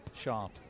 Sharp